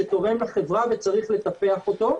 שתורם לחברה וצריך לטפח אותו.